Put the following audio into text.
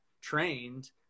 trained